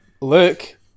look